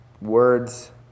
words